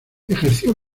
ejerció